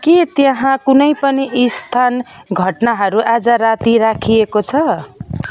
के त्यहाँ कुनै पनि स्थान घटनाहरू आज राति राखिएको छ